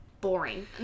boring